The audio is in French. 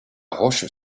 roche